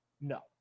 No